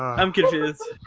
i'm confused.